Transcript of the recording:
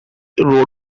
road